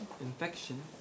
infection